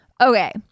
okay